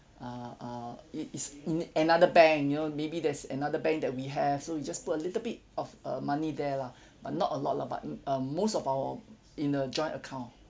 uh uh it it's in another bank you know maybe there's another bank that we have so you just put a little bit of uh money there lah but not a lot lah but uh most of our in a joint account